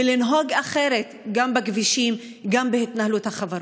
ולנהוג אחרת גם בכבישים וגם בהתנהלות החברות.